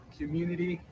community